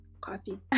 Coffee